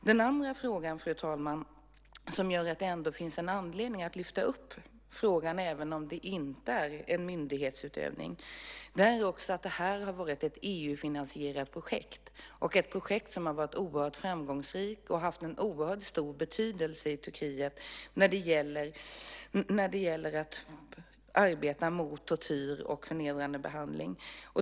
Den andra aspekten, fru talman, som gör att det finns en anledning att lyfta upp frågan, även om det inte handlar om myndighetsutövning, är att det här har varit ett EU-finansierat projekt. Projektet har varit oerhört framgångsrikt och haft stor betydelse i Turkiet när det gäller att arbeta mot tortyr och förnedrande behandling.